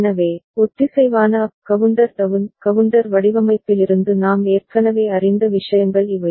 எனவே ஒத்திசைவான up counter down counter வடிவமைப்பிலிருந்து நாம் ஏற்கனவே அறிந்த விஷயங்கள் இவை